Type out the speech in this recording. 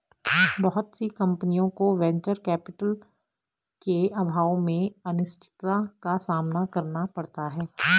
बहुत सी कम्पनियों को वेंचर कैपिटल के अभाव में अनिश्चितता का सामना करना पड़ता है